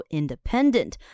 independent